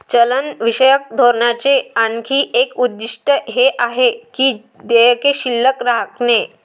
चलनविषयक धोरणाचे आणखी एक उद्दिष्ट हे आहे की देयके शिल्लक राखणे